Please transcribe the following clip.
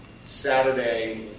Saturday